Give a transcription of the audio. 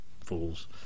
fools